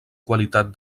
qualitat